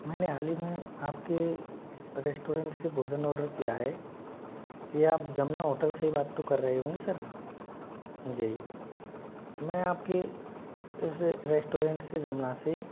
मैंने हाल ही में आपके रेस्टोरेंट से भोजन आर्डर किया है या आप जमुना होटल से ही बात तो कर रहे होंगे सर जी मैं आपकी ऐसे रेस्टोरेंट से जमुना से